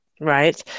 right